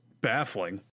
baffling